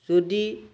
যদি